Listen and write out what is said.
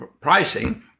pricing